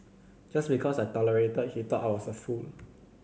just because I tolerated he thought I was a fool